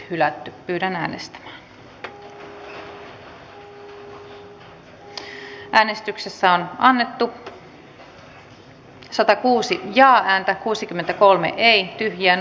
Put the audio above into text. tarkoitukseni oli äänestää ei mutta huomasin että ääni ei rekisteröitynyt